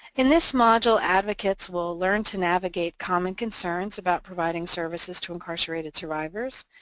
in this module, advocates will learn to navigate common concerns about providing services to incarcerated survivors,